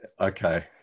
Okay